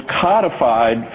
codified